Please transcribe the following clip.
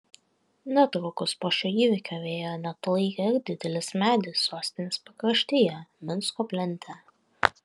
netrukus po šio įvykio vėjo neatlaikė ir didelis medis sostinės pakraštyje minsko plente